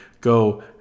go